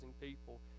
people